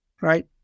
right